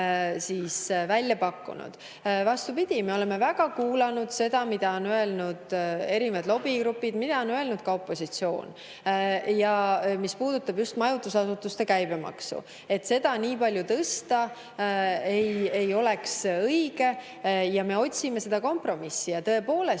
oleme välja pakkunud, siis vastupidi, me oleme väga kuulanud seda, mida on öelnud erinevad lobigrupid ja mida on öelnud ka opositsioon. Mis puudutab just majutusasutuste käibemaksu, seda, et seda nii palju tõsta ei oleks õige, siis me otsime kompromissi. Tõepoolest,